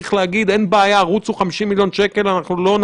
השאלה האחרונה שנשארה היא שאלת הפרטיות.